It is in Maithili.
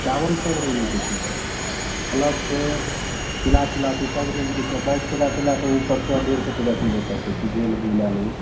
चाबल सब रेंजके छै फलक छै खिला खिला छै सब रेंजके छै बाइस टका से लेके ऊपर सए डेढ़ सए टका किलो तकके छै जे लेबै ओ लै लेबै